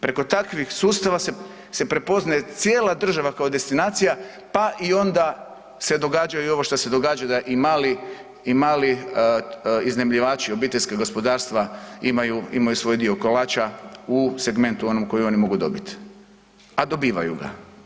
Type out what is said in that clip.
Preko takvih sustava se, se prepoznaje cijela država kao destinacija, pa i onda se događaju i ovo što se događa da i mali i mali iznajmljivači, obiteljska gospodarstva imaju, imaju svoj dio kolača u segmentu u onom koji oni mogu dobit, a dobivaju ga.